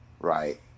right